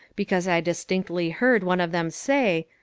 because i distinctly heard one of them say,